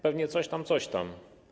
Pewnie coś tam, coś tam.